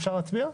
אפשר להצביע?